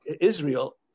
Israel